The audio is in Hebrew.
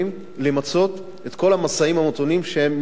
למצות את כל המשאים-ומתנים שהם ניהלו,